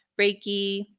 Reiki